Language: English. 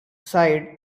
sighed